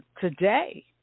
today